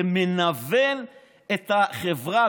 זה מנוון את החברה,